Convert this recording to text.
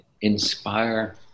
inspire